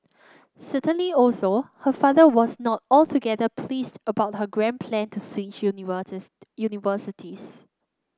certainly also her father was not altogether pleased about her grand plan to switch universities